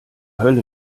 hölle